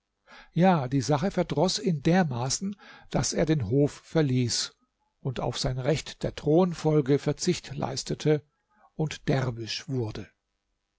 ja die sache verdroß ihn dermaßen daß er den hof verließ auf sein recht der thronfolge verzicht leistete und derwisch wurde